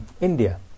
India